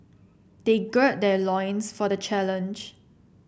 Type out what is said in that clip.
they gird their loins for the challenge